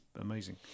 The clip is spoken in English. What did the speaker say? amazing